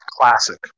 Classic